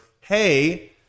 hey